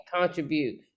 contribute